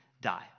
die